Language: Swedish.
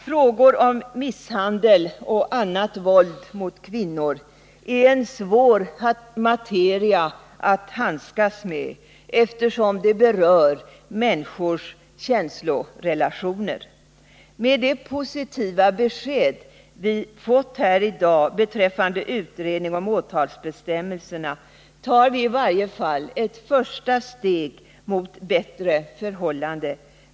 Frågor om misshandel och annat våld mot kvinnor är en svår materia att handskas med, eftersom de berör människors känslorelationer. Med det positiva besked vi har fått här i dag beträffande utredning om åtalsbestämmelserna tas i varje fall ett första steg mot bättre förhållanden.